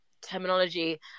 terminology